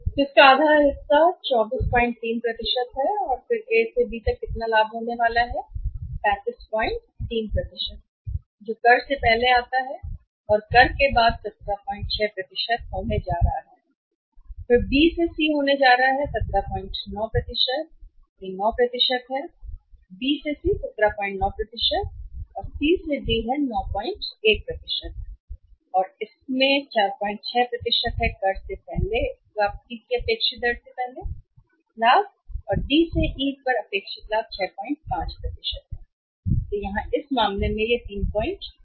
तो इसका आधा हिस्सा 243 है और फिर A से B तक कितना लाभ होने वाला है 353 यह 353 है जो कर से पहले है और कर के बाद 176 होने जा रहा है और फिर B से C होने जा रहा है 179 और यह 9 है B से C 179 और 9 है और फिर यह C से D है 91 और इसमें 46 है कर से पहले वापसी की अपेक्षित दर से पहले सही लाभ और फिर यह डी से ई अपेक्षित लाभ है 65 और यहाँ इस मामले में यह 32 है